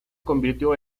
convirtió